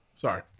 Sorry